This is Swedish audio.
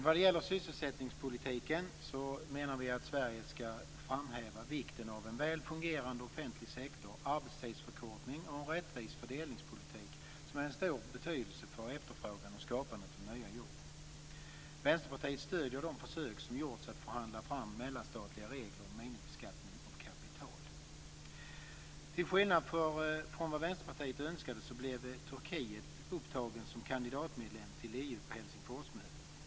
Vad gäller sysselsättningspolitiken menar vi att Sverige ska framhäva vikten av en väl fungerande offentlig sektor, arbetstidsförkortning och en rättvis fördelningspolitik. Det är av stor betydelse för efterfrågan och skapandet av nya jobb. Vänsterpartiet stöder de försök som gjorts att förhandla fram mellanstatliga regler om minimibeskattning av kapital. Till skillnad från vad Vänsterpartiet önskade blev Helsingsforsmötet.